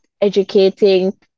educating